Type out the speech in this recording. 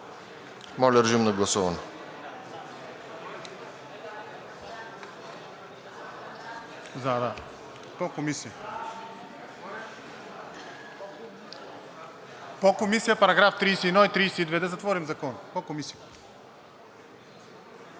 Моля, режим на гласуване.